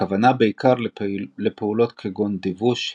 הכוונה בעיקר לפעולות כגון דיווש,